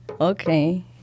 Okay